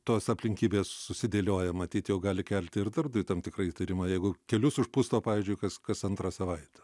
tos aplinkybės susidėlioja matyt jau gali kelti ir dar tam tikrą įtarimą jeigu kelius užpusto pavyzdžiui kas kas antrą savaitę